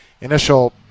initial –